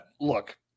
look